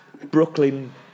Brooklyn